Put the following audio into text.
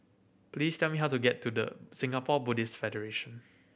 please tell me how to get to The Singapore Buddhist Federation